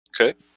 Okay